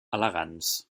elegants